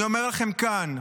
אני אומר לכם כאן,